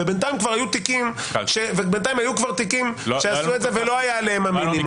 ובינתיים היו כבר תיקים שעשו את זה ולא היה עליהם המינימום.